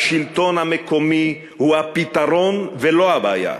השלטון המקומי הוא הפתרון, ולא הבעיה.